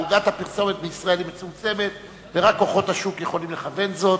עוגת הפרסומת בישראל מצומצמת ורק כוחות השוק יכולים לכוון זאת.